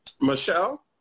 Michelle